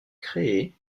créés